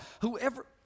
Whoever